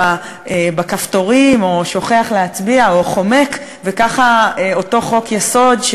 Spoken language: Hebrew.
בכפתורים או שוכח להצביע או חומק וכך אותו חוק-יסוד,